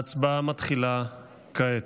ההצבעה מתחילה כעת.